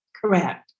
Correct